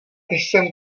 jsem